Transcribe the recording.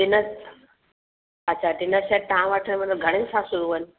dinner अच्छा dinner set तव्हां वटि मतिलबु घणे सां शुरू आहिनि